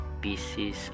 pieces